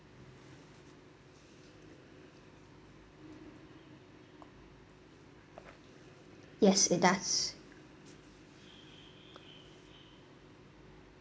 yes it does